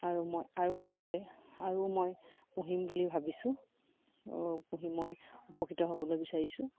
আৰু মই আৰু আগলৈ আৰু মই পুহিম বুলি ভাবিছোঁ পুহি মই উপকৃত হ'বলৈ বিচাৰিছোঁ